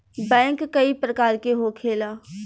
bank कई प्रकार के होखेला